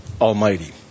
almighty